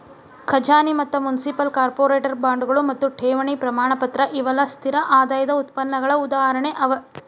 ಖಜಾನಿ ಮತ್ತ municipal, corporate ಬಾಂಡ್ಗಳು ಮತ್ತು ಠೇವಣಿ ಪ್ರಮಾಣಪತ್ರ ಇವೆಲ್ಲಾ ಸ್ಥಿರ ಆದಾಯದ್ ಉತ್ಪನ್ನಗಳ ಉದಾಹರಣೆ ಅವ